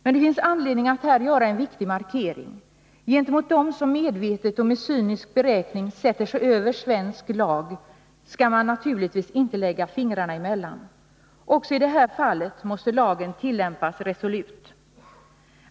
Men det finns anledning att här göra en viktig markering: När det gäller dem som medvetet och med cynisk beräkning sätter sig över svensk lag skall man naturligtvis inte lägga fingrarna emellan. Också i det här fallet måste lagen tillämpas resolut.